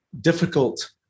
difficult